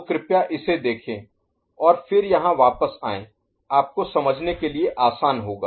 तो कृपया इसे देखें और फिर यहां वापस आएं आपको समझने के लिए आसान होगा